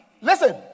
listen